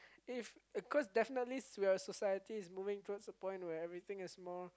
if because definitely we're society moving towards the point where everything is more